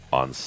on